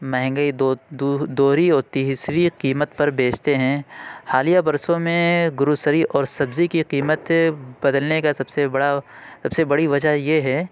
مہنگے دو دوہری اور تیسری قیمت پر بیچتے ہیں حالیہ برسوں میں گروسری اور سبزی کی قیمت بدلنے کا سب سے بڑا سب بڑی وجہ یہ ہے